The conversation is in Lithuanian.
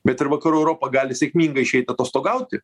bet ir vakarų europa gali sėkmingai išeit atostogauti